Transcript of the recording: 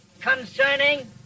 concerning